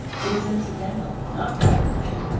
it is incidental, not primary.